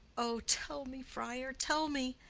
o, tell me, friar, tell me,